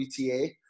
WTA